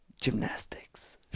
gymnastics